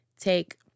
take